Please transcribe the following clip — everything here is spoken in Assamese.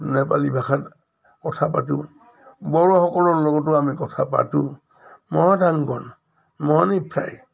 নেপালী ভাষাত কথা পাতোঁ বড়োসকলৰ লগতো আমি কথা পাতোঁ মহা দাংবন মহানি ফ্ৰাই